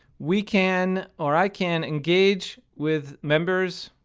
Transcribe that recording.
we can, or i can, engage with members.